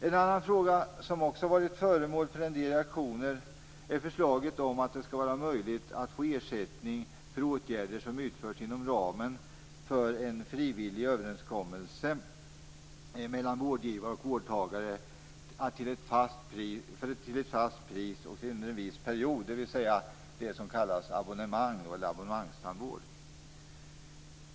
En annan fråga som varit föremål för en del reaktioner är förslaget att det skall vara möjligt att få ersättning för åtgärder som utförs inom ramen för en frivillig överenskommelse mellan vårdtagare och vårdgivare till ett fast pris för en viss period. Det är det som kallas abonnemang eller abonnemangstandvård.